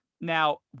now